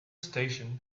station